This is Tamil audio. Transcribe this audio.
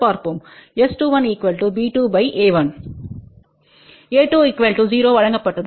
S21b2 a1 a 2 0வழங்கப்பட்டது